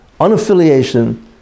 unaffiliation